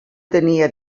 tenia